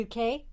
UK